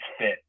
fit